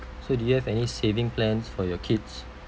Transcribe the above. so do you have any saving plans for your kids